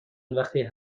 وقتی